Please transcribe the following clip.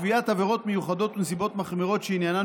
קביעת עבירות מיוחדות ונסיבות מחמירות שעניינן